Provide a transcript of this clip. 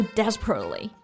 desperately